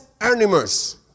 animals